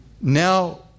Now